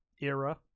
era